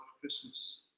Christmas